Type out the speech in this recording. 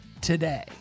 today